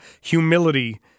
humility